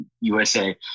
USA